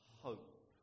hope